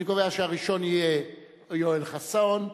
אני קובע שהראשון יהיה יואל חסון,